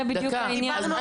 זה בדיוק העניין.